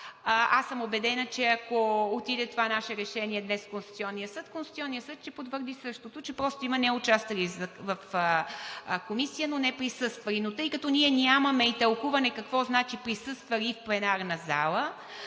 Аз съм убедена, че ако отиде това наше решение днес в Конституционния съд, Конституционният съд ще потвърди същото – че просто има неучаствали в Комисия, а са присъствали. Но тъй като ние нямаме и тълкуване какво значи присъствали в пленарната залата,